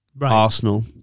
Arsenal